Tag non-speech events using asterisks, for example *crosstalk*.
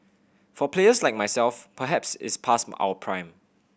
for players like myself perhaps it's past *unintelligible* our prime